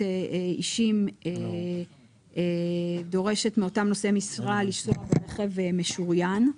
אישים דורשת מאותם נושאי משרה לנסוע ברכב משוריין,